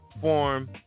form